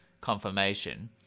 confirmation